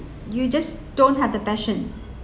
you just don't have the passion